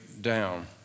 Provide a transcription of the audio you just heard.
down